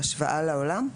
בהשוואה לעולם?